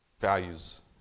values